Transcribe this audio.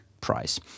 price